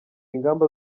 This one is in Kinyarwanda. ingamba